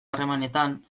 harremanetan